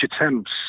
attempts